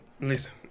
Listen